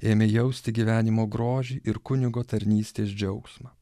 ėmė jausti gyvenimo grožį ir kunigo tarnystės džiaugsmą